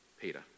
Peter